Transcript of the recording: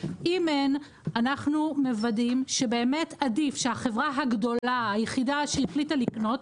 אם אין אנחנו מוודאים שבאמת עדיף שהחברה הגדולה היחידה שהחליטה לקנות,